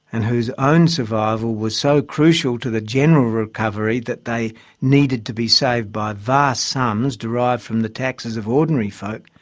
and whose own survival was so crucial to the general recovery that they needed to be saved by vast sums derived from the taxes of ordinary folk,